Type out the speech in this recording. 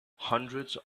hundreds